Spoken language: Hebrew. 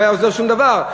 לא היה עוזר שום דבר.